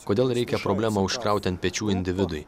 kodėl reikia problemą užkrauti ant pečių individui